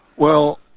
well,